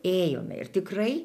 ėjome ir tikrai